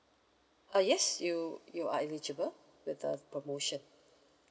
ah yes you you are eligible with the promotion